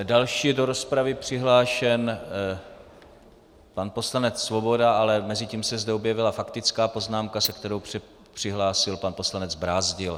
Další je do rozpravy přihlášen pan poslanec Svoboda, ale mezitím se zde objevila faktická poznámka, se kterou se přihlásil pan poslanec Brázdil.